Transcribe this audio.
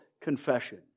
confession